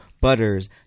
Butters